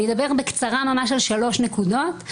אני אדבר בקצרה על שלוש נקודות.